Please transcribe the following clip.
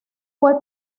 fue